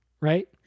Right